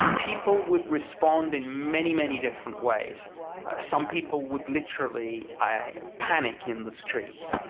people would respond in many many different ways some people would literally i panic in the streets